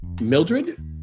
Mildred